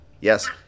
Yes